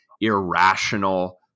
irrational